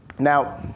Now